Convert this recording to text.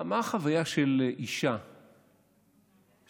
מה החוויה של אישה מוכה?